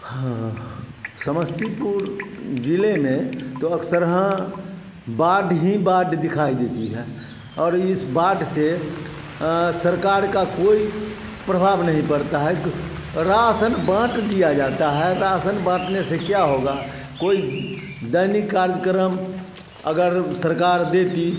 हाँ समस्तीपुर ज़िले में तो अक्सर हाँ बाढ़ हीं बाढ़ दिखाई देती है और इस बाढ़ से सरकार का कोई प्रभाव नहीं पड़ता है रासन बाँट दिया जाता है रासन बाँटने से क्या होगा कोई दैनिक कार्यक्रम अगर सरकार देती